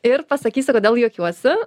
ir pasakysiu kodėl juokiuosi